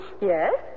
Yes